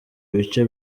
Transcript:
ibice